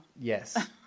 Yes